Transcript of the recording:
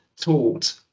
taught